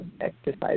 exercise